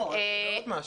עוד משהו,